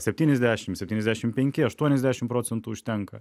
septyniasdešimt septyniasdešimt penki aštuoniasdešimt procentų užtenka